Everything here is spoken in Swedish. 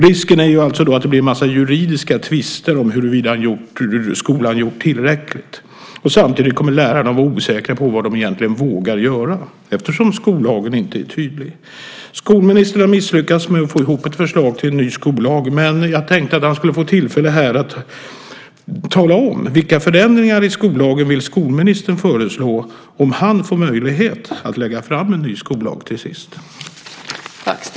Risken är då att det blir en massa juridiska tvister om huruvida skolan gjort tillräckligt. Och samtidigt kommer lärarna att vara osäkra på vad de egentligen vågar göra, eftersom skollagen inte är tydlig. Skolministern har misslyckats med att få ihop ett förslag till en ny skollag. Men jag tänkte att skolministern skulle få tillfälle här att tala om vilka förändringar i skollagen som han vill föreslå om han får möjlighet att lägga fram en ny skollag till sist.